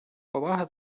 повага